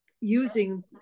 using